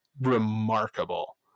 remarkable